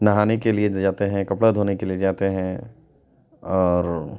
نہانے کے لیے جاتے ہیں کپڑا دھونے کے لیے جاتے ہیں اور